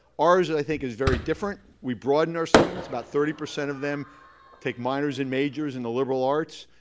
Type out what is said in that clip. ours, i think, is very different. we broaden our students. about thirty percent of them take minors and majors in the liberal arts.